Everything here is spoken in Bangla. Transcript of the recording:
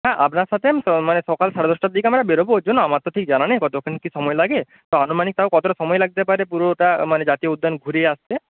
হ্যাঁ আপনার সাথে মানে সকাল সাড়ে দশটার দিকে আমরা বেরবো ওই জন্য আমার তো ঠিক জানা নেই কতক্ষণ কী সময় লাগে তো আনুমানিক তাও কতটা সময় লাগতে পারে পুরোটা মানে জাতীয় উদ্যান ঘুরিয়ে আসতে